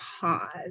pause